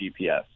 GPS